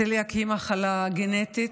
צליאק היא מחלה גנטית,